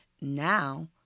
now